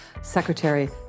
Secretary